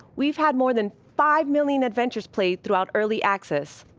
we've had more than five million adventures played throughout early access.